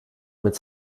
mit